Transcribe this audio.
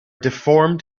deformed